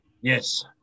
Yes